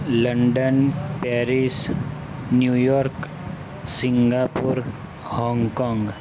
London Paris New York Singapore Hong Kong